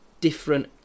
different